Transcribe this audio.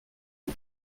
aux